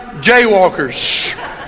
jaywalkers